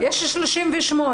ואנחנו הרי רוצים שהשמיים ייפתחו.